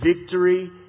Victory